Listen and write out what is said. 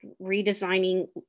redesigning